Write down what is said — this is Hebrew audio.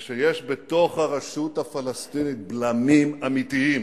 זה שיש בתוך הרשות הפלסטינית בלמים אמיתיים